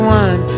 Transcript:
one